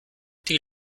die